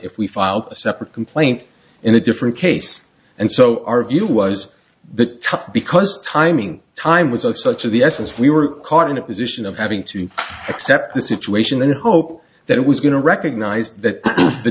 if we filed a separate complaint in a different case and so our view was that tough because timing time was of such of the essence we were caught in a position of having to accept the situation and hope that it was going to recognize that the